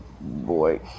boy